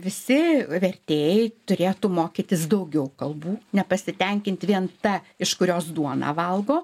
visi vertėjai turėtų mokytis daugiau kalbų nepasitenkint vien ta iš kurios duoną valgo